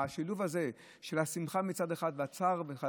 השילוב הזה של השמחה מצד אחד ושל הצער מצד